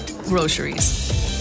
Groceries